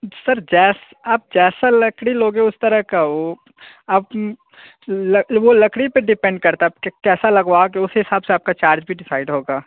sir जैस आप जैसा लकड़ी लोगे उस तरह का वो आप वो लकड़ी पर डिपेंड करता है आप कैसा लगवाओगे उस हिसाब से आपका चार्ज भी डिसाइड होगा